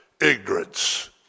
ignorance